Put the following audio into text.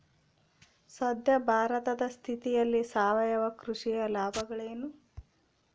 ಸದ್ಯ ಭಾರತದ ಸ್ಥಿತಿಯಲ್ಲಿ ಸಾವಯವ ಕೃಷಿಯ ಲಾಭಗಳೇನು?